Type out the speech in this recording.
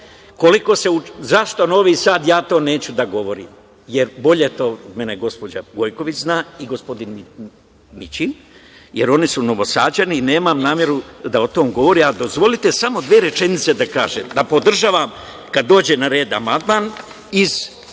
tom smislu. Zašto Novi Sad? Ja o tome neću da govorim, jer bolje to od mene gospođa Gojković zna i gospodin Mićin, jer oni su Novosađani i nemam nameru o tome da govorim. Dozvolite samo dve rečenice da kažem, da podržavam kada dođe na red amandman iz